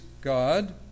God